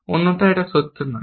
অন্যথা এটি সত্য নয়